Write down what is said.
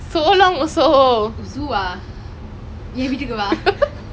it was dey you know when I go mummy once right I must go like three four times